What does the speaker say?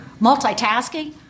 multitasking